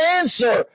answer